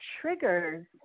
triggers